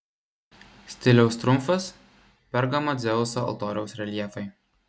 stiliaus triumfas pergamo dzeuso altoriaus reljefai